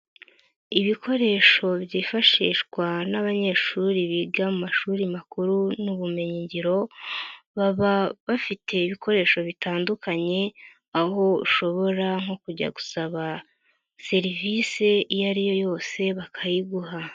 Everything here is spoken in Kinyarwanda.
Ibikoresho byifashishwa n'abanyeshuri biga mu mashuri makuru n'ubumenyingiro, baba bafite ibikoresho bitandukanye aho ushobora nko kujya gusaba serivisi iyo ari yo yose bakayiguha.